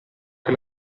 che